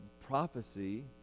Prophecy